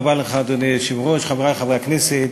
אדוני היושב-ראש, תודה רבה לך, חברי חברי הכנסת,